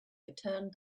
returned